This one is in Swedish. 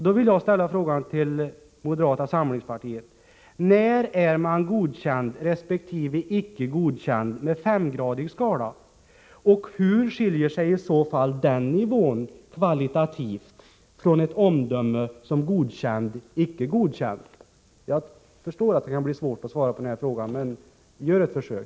Då vill jag ställa följande fråga till moderata samlingspartiet: När är man godkänd resp. icke godkänd enligt femgradig betygsskala, och hur skiljer sig kvalitativt den nivån för godkänd från ett omdöme som godkänd resp. icke godkänd. Jag förstår att det kan bli svårt att svara på den frågan, men gör ett försök!